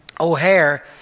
O'Hare